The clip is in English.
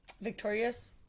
Victorious